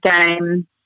game